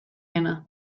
dena